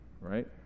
right